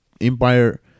empire